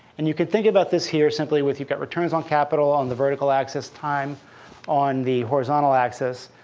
and you can think about this here simply with you've got returns on capital on the vertical axis, time on the horizontal axis.